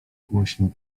głośno